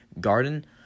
Garden